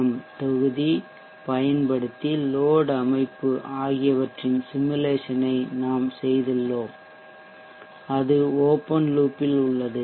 M தொகுதியைப் பயன்படுத்தி load அமைப்பு ஆகியவற்றின் சிமுலேசனை நாம் செய்துள்ளோம் அது ஓப்பன் லூப் இல் உள்ளது